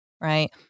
right